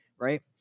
right